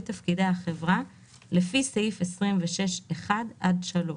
תפקידי החברה לפי סעיף 26(1) עד (3);"